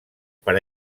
per